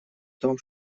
том